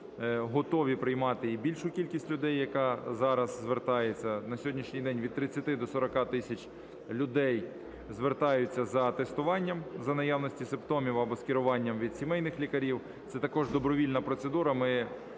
готові приймати і більшу кількість людей, яка зараз звертається. На сьогоднішній день від 30 до 40 тисяч людей звертаються за тестуванням за наявності симптомів або скеруванням від сімейних лікарів. Це також добровільна процедура,